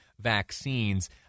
vaccines